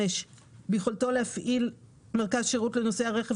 ביכולתו להפעיל מרכז שירות לנוסעי הרכב